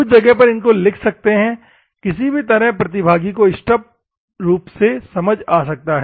कुछ जगह पर इनको लिख सकते है किसी भी तरह प्रतिभागी को स्पष्ट रूप से समझ आ सकता है